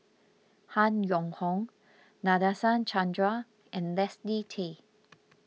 Han Yong Hong Nadasen Chandra and Leslie Tay